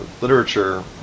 literature